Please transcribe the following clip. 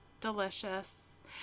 delicious